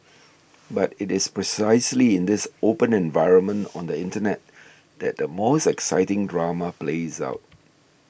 but it is precisely in this open environment on the Internet that the most exciting drama plays out